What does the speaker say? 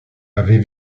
avais